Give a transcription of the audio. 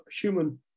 human